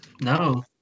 No